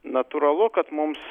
natūralu kad mums